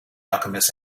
alchemist